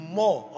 more